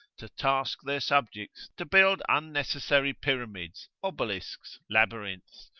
to task their subjects to build unnecessary pyramids, obelisks, labyrinths,